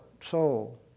soul